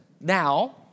now